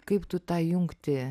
kaip tu tą jungtį